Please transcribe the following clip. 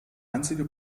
einzige